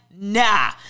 nah